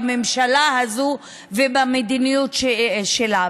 בממשלה הזו ובמדיניות שלה.